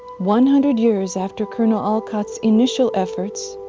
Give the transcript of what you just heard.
one hundred years after col. and olcott's initial efforts,